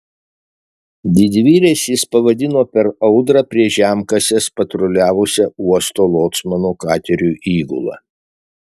didvyriais jis pavadino per audrą prie žemkasės patruliavusią uosto locmanų katerio įgulą